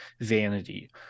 vanity